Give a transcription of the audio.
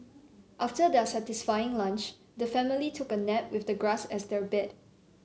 after their satisfying lunch the family took a nap with the grass as their bed